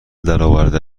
درآورده